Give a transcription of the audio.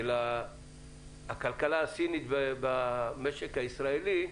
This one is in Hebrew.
הכלכלה הסינית במשק הישראלי,